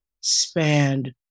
spanned